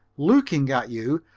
looking at you,